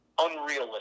unrealistic